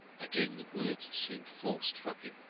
again the words seemed forced from him